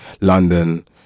London